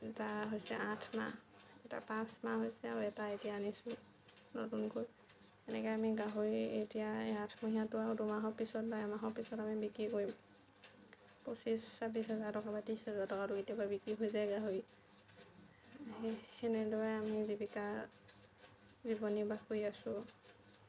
এটা হৈছে আঠ মাহ এটা পাঁচ মাহ হৈছে আৰু এটা এতিয়া আনিছোঁ নতুনকৈ সেনেকে আমি গাহৰি এতিয়া এই আঠ মহিয়াটো আৰু দুমাহৰ পিছত বা এমাহৰ পিছত আমি বিক্ৰী কৰিম পঁচিছ ছাব্বিছ হাজাৰ টকা বা ত্ৰিছ হাজাৰ টকাতো কেতিয়াবা বিক্ৰী হৈ যায় গাহৰি সেই সেনেদৰে আমি জীৱিকা জীৱন নিৰ্বাহ কৰি আছোঁ